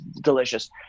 delicious